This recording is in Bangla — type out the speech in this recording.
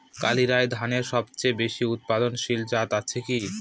কালিরাই ধানের সবচেয়ে বেশি উৎপাদনশীল জাত আছে কি?